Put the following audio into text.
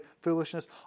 foolishness